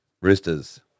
Roosters